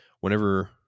whenever